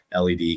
LED